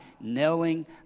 nailing